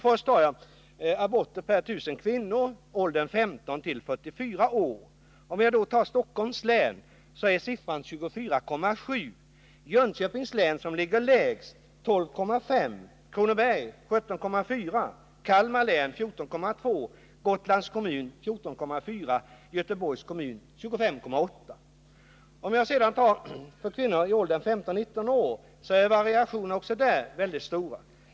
Först tar jag upp aborter per 1000 kvinnor i åldern 15-44 år. För Stockholms län är siffran 24,7, för Jönköpings län som ligger lägst 12,5, för Kronobergs län 17,4, för Kalmar län 14,2, för Gotlands kommun 14,4 och för Göteborgs kommun 25,8. Om jag sedan tar siffrorna för aborter per 1 000 kvinnor i åldern 15-19 år, så är variationerna också där väldigt stora.